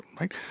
right